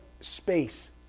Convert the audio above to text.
space